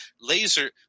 laser